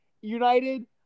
United